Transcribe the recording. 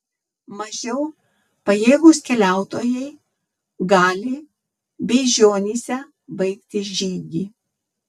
mažiau pajėgūs keliautojai gali beižionyse baigti žygį